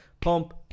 pump